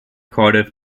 cardiff